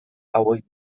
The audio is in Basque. hauek